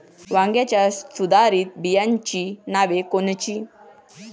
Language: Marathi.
वांग्याच्या सुधारित बियाणांची नावे कोनची?